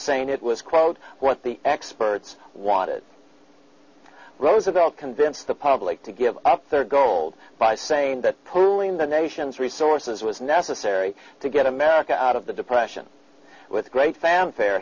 it was quote what the experts want it roosevelt convince the public to give up their gold by saying that pulling the nation's resources was necessary to get america out of the depression with great fanfare